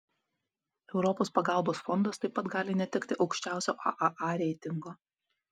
europos pagalbos fondas taip pat gali netekti aukščiausio aaa reitingo